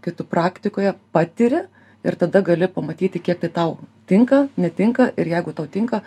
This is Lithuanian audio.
kai tu praktikoje patiri ir tada gali pamatyti kiek tai tau tinka netinka ir jeigu tau tinka